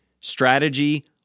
strategy